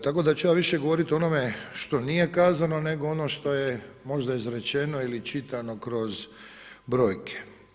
Tako da ću ja više govoriti o onome što nije kazano nego ono što je možda izrečeno ili čitani kroz brojke.